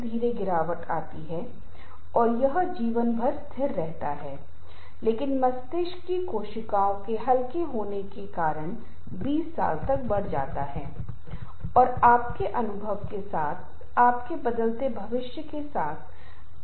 इस तरह की परिस्थितियाँ लगभग हर किसी के जीवन में आती हैं जहाँ किसी को भी सलाह देने का सुझाव नहीं होता है और हमें ऐसा निर्णय लेना होता है जिसे हम स्वीकार करने या न मानने की स्थिति में नहीं होते